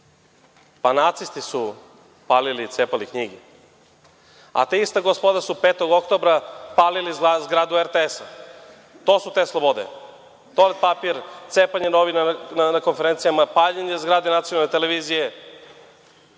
pa nacisti su palili i cepali knjige. A, ta ista gospoda su 5. oktobra palili zgradu RTS-a, to su te slobode, toalet papir, cepanje novina na konferenciji, paljenje zgrade nacionalne televizije.Sećam